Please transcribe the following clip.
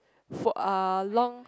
for uh long